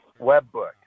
Webbook